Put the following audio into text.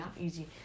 Easy